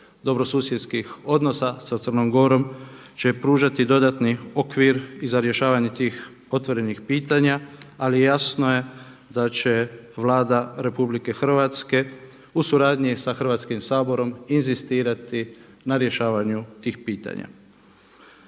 dobrosusjedskih odnosa sa Crnom Gorom će pružati dodatni okvir i za rješavanje tih otvorenih pitanja. Ali jasno je da će Vlada RH u suradnji sa Hrvatskim saborom inzistirati na rješavanju tih pitanja.